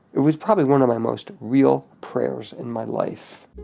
it was probably one of my most real prayers in my life.